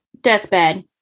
Deathbed